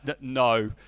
No